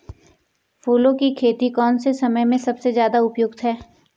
फूलों की खेती कौन से समय में सबसे ज़्यादा उपयुक्त है?